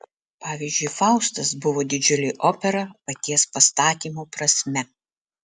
pavyzdžiui faustas buvo didžiulė opera paties pastatymo prasme